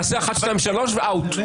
תעשה אחת, שתיים, שלוש ו-out.